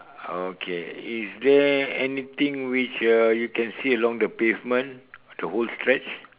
okay is there anything which uh you can see along the pavement the whole stretch